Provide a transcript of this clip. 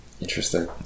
interesting